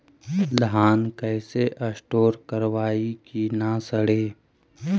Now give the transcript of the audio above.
धान कैसे स्टोर करवई कि न सड़ै?